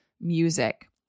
music